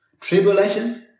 Tribulations